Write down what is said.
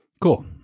Cool